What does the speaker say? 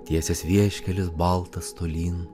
tiesias vieškelis baltas tolyn